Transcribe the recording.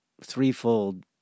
threefold